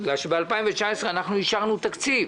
בגלל שב-2019 אנחנו אישרנו תקציב.